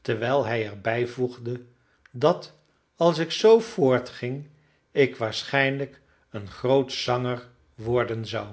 terwijl hij er bijvoegde dat als ik zoo voortging ik waarschijnlijk een groot zanger worden zou